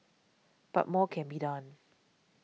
but more can be done